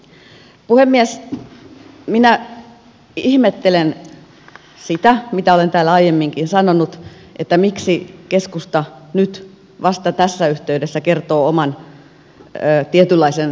minä ihmettelen sitä mitä olen täällä aiemminkin sanonut miksi keskusta nyt vasta tässä yhteydessä kertoo oman tietynlaisen verolinjauksensa